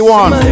one